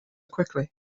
quickly